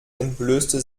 entblößte